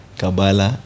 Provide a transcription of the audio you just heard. kabala